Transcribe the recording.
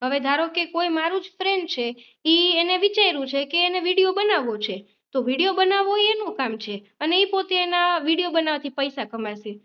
હવે ધારોકે કોઈ મારુ જ ફ્રેન્ડ છે એ એણે વિચાર્યું કે એને વિડીયો બનાવવો છે તો વિડીયો બનાવવો એનું કામ છે અને એ પોતે એના વિડીયો બનાવાથી પૈસા કમાશે